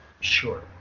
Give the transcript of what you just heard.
Sure